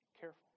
Careful